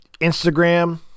Instagram